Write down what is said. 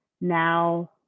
now